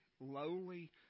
lowly